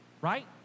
right